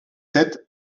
sept